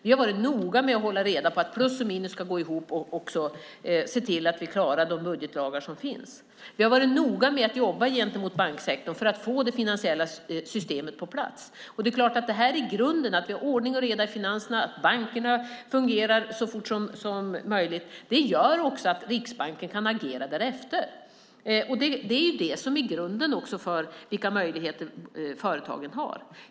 Vi har varit noga med att hålla reda på att plus och minus ska gå ihop och också se till att vi klarar de budgetlagar som finns. Vi har varit noga med att jobba gentemot banksektorn för att få det finansiella systemet på plats. Det är klart att grunden är att vi har ordning och reda i finanserna och att bankerna fungerar så fort som möjligt. Det gör också att Riksbanken kan agera därefter. Det är det som är grunden för vilka möjligheter företagen har.